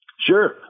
Sure